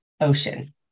ocean